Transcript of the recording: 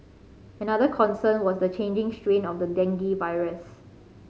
another concern was the changing strain of the dengue virus